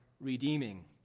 redeeming